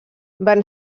van